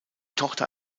tochter